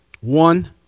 one